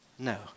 No